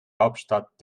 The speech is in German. hauptstadt